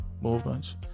movements